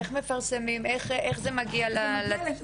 איך מפרסמים, איך זה מגיע לאוזניים הנכונות?